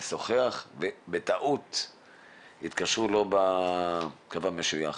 לשוחח ובטעות התקשרו שלא בקו המשויך.